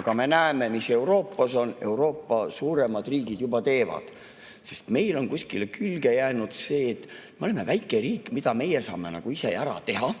Aga me näeme, mis Euroopas on, Euroopa suuremad riigid juba teevad. Sest meile on kuskilt külge jäänud see, et me oleme väike riik, mida meie ikka saame ise ära teha,